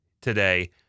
today